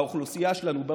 האוכלוסייה שלנו גדלה,